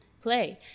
Play